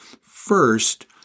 First